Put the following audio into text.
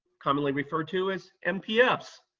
commonly referred to as mpfs.